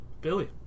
Billy